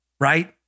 Right